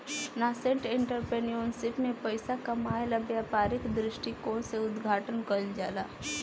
nascent entrepreneurship में पइसा कामायेला व्यापारिक दृश्टिकोण से उद्घाटन कईल जाला